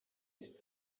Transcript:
rock